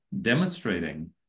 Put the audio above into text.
demonstrating